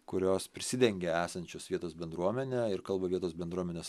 kurios prisidengia esančios vietos bendruomene ir kalba vietos bendruomenės